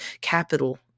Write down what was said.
capital